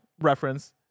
reference